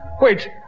Wait